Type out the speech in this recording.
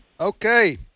Okay